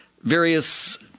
various